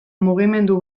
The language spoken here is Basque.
mugimendu